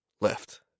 left